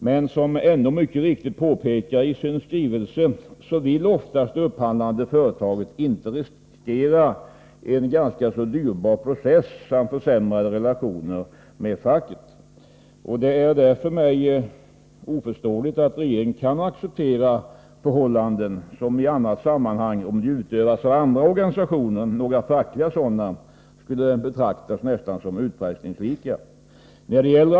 Men som NO mycket riktigt påpekar i sin skrivelse vill oftast det upphandlande företaget inte riskera en dyrbar process samt försämrade relationer med facket. Det är därför för mig oförståeligt att regeringen kan acceptera förhållanden som i andra sammanhang — och om de utövas av andra organisationer än fackliga — ganisationernas inflytande över enmansoch småföretags verksamhet skulle betraktas som nästan utpressningslika.